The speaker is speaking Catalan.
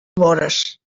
vores